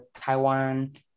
Taiwan